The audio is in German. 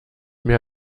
mehr